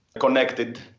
connected